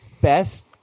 best